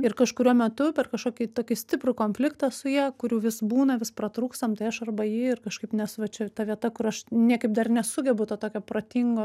ir kažkuriuo metu per kažkokį tokį stiprų konfliktą su ja kurių vis būna vis pratrūkstam tai aš arba ji ir kažkaip nes va čia ta vieta kur aš niekaip dar nesugebu to tokio protingo